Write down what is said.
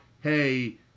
hey